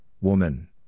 woman